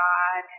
God